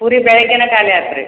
ಪೂರಿ ಬೆಳಿಗ್ಗೆನೆ ಖಾಲಿ ಆಯ್ತ್ರಿ